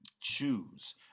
choose